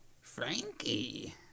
Frankie